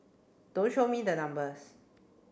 don't show me the numbers